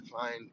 find